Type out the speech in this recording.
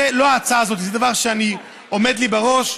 זאת לא ההצעה הזאת, זה דבר שעומד לי בראש,